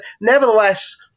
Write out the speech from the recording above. Nevertheless